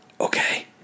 Okay